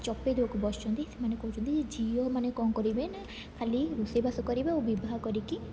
ଚପେଇଦେବାକୁ ବସିଛନ୍ତି ସେମାନେ କହୁଛନ୍ତି ଝିଅମାନେ କଣ କରିବେ ନା ଖାଲି ରୋଷେଇବାସ କରିବେ ଆଉ ବିବାହ କରିକି